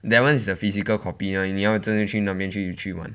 that [one] is a physical copy 你要真正去那边去玩